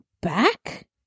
back